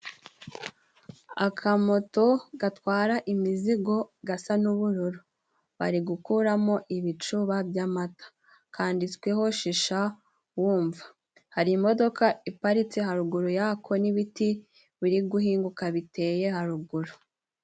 Akamoto gatwara imizigo gasa n'ubururu bari gukuramo ibicuba by'amata, kanditsweho shisha wumva. Hari imodoka iparitse haruguru y'ako n'ibiti biri guhinguka biteye haruguru.